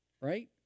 right